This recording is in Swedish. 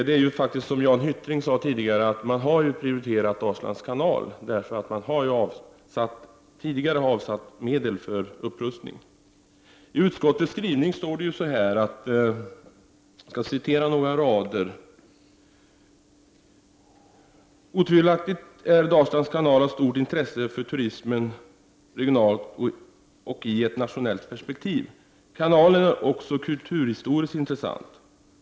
Det är faktiskt så som Jan Hyttring sade tidigare, nämligen att man har prioriterat Dalslands kanal, eftersom man tidigare avsatt medel till upprustning. ”Otvivelaktigt är Dalslands kanal av stort intresse för turismen regionalt och i nationellt perspektiv. Kanalen är också kulturhistoriskt intressant.